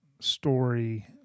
story—